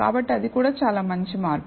కాబట్టి అది కూడా చాలా మంచి మార్పు